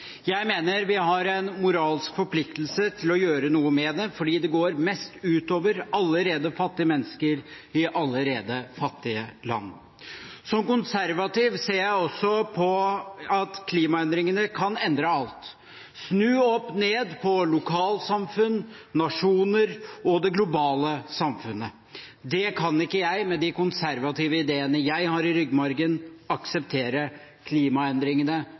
Jeg mener vi har en moralsk forpliktelse til å gjøre noe med det, fordi det går mest ut over allerede fattige mennesker i allerede fattige land. Som konservativ ser jeg også på at klimaendringene kan endre alt, snu opp ned på lokalsamfunn, nasjoner og det globale samfunnet. Det kan ikke jeg, med de konservative idéene jeg har i ryggmargen, akseptere. Klimaendringene